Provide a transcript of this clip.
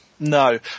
No